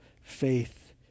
faith